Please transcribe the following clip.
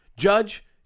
Judge